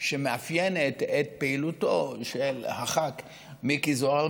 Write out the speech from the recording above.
שמאפיינת את פעילותו של חה"כ מיקי זוהר,